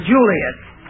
Julius